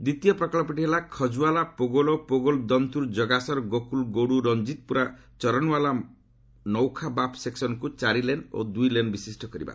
ଦ୍ୱିତୀୟ ପ୍ରକଳ୍ପଟି ହେଲା ଖଜୁଆଲା ପୋଗଳ ଓ ପୋଗଲ ଦନ୍ତୁର ଜଗାସର ଗୋକୁଲ ଗୋଡୁ ରଞ୍ଜିତପୁରା ଚରନୱାଲା ନୌଖାବାପ୍ ସେକ୍ସନ୍କୁ ଚାରିଲେନ୍ ଓ ଦୁଇ ଲେନ୍ ବିଶିଷ୍ଟ କରିବା